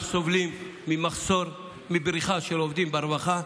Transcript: אנחנו סובלים ממחסור ומבריחה של עובדים ברווחה.